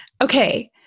okay